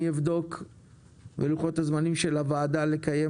אני אבדוק בלוחות הזמנים של הוועדה לקיים